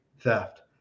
theft